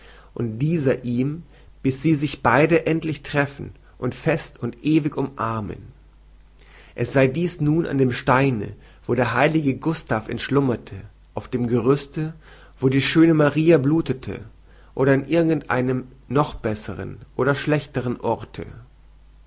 und dieser ihm bis sie sich beide endlich treffen und fest und ewig umarmen es sei dies nun an dem steine wo der heilige gustav entschlummerte auf dem gerüste wo die schöne maria blutete oder an irgend einem noch bessern oder schlechtern orte